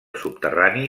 subterrani